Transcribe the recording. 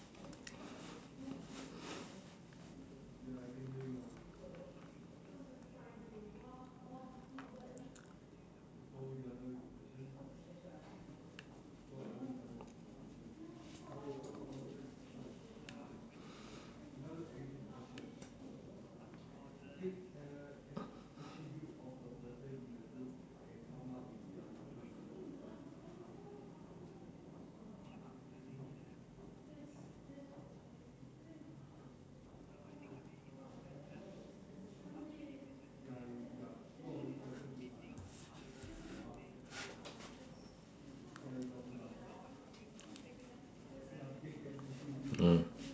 mm